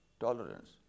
tolerance